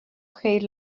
chéad